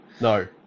no